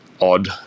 odd